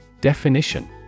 Definition